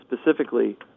specifically